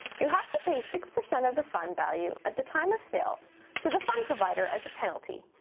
you'll have to pay six percent of the fund value at the time of sale to the fund provider as a penalty,